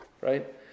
Right